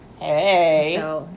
Hey